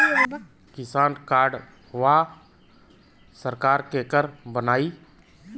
किसान कार्डवा सरकार केकर बनाई?